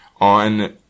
on